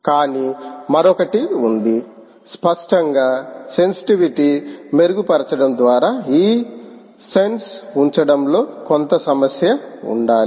కానీ మరొకటి ఉంది స్పష్టంగా సెన్సిటివిటీ మెరుగుపరచడం ద్వారా ఈ సెన్స్ ఉంచడంలో కొంత సమస్య ఉండాలి